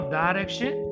direction